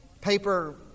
paper